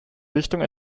richtung